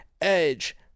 Edge